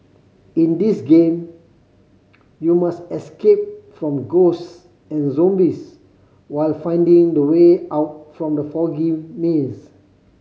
in this game you must escape from ghosts and zombies while finding the way out from the foggy maze